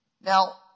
Now